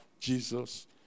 Jesus